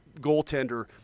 goaltender